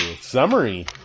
Summary